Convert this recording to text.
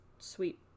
sweet